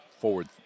forward